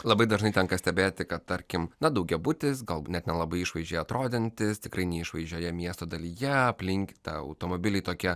labai dažnai tenka stebėti kad tarkim na daugiabutis gal net nelabai išvaizdžiai atrodantis tikrai neišvaizdžioje miesto dalyje aplink tą automobiliai tokie